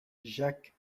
jacques